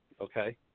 Okay